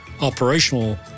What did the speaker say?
operational